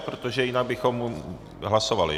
Protože jinak bychom hlasovali.